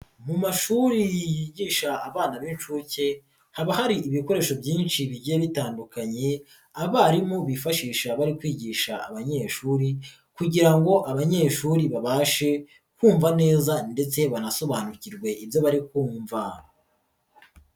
Mu mashuri yigisha abana b'inshuke haba hari ibikoresho byinshi bigenda bitandukanye abarimu bifashisha bari kwigisha abanyeshuri kugira ngo abanyeshuri babashe kumva neza ndetse banasobanukirwe ibyo bari kumva.